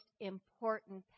important